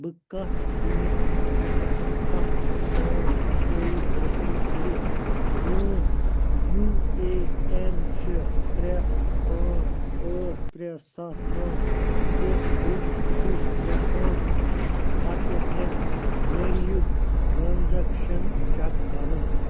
بہٕ کتھ کُنہِ ہیٚکہٕ اَتھ تام رسائی حٲصِل کٔرِتھ میٛون یوٗ اےٚ اٮ۪ن چھِ ترٛےٚ پانٛژھ ٲٹھ ترٛےٚ سَتھ نو تہٕ بہٕ چھُس یژھان پتہٕ مےٚ ؤرۍ یُک ٹرٛانٛزیکشن چیک کرُن